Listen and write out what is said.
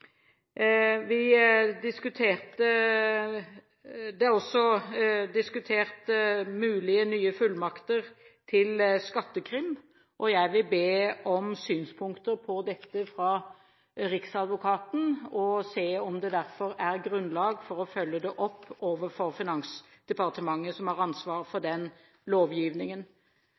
også diskutert mulige, nye fullmakter til Skattekrim. Jeg vil be om synspunkter på dette fra Riksadvokaten og se om det er grunnlag for å følge det opp overfor Finansdepartementet, som har ansvaret for